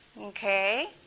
Okay